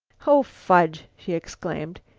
oh, fudge! she exclaimed,